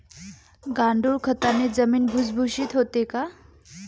गांडूळ खताने जमीन भुसभुशीत होते का?